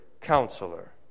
counselor